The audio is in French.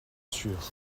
sûr